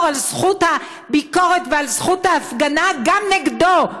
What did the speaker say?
על זכות הביקורת ועל זכות ההפגנה גם נגדו.